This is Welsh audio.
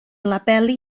labelu